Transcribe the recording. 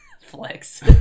Flex